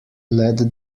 led